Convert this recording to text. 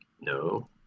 No